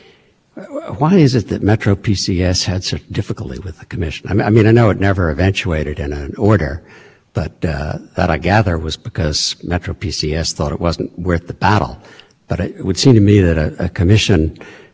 right i think it depends on whether the broadband internet access service provider is in gauging its own expression and if it just takes the money there's no expression involved in that it would have to say show that it is taking the money as